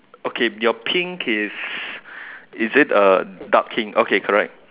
okay your pink is is it a dark pink okay correct